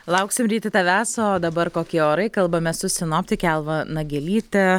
lauksiu ryti tavęs o dabar kokie orai kalbamės su sinoptike alva nagelytė